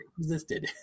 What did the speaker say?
existed